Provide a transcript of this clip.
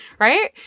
right